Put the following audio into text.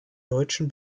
deutschen